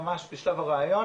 ממש בשלב הרעיון,